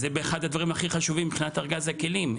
שזה אחד הדברים הכי חשובים מבחינת ארגז הכלים.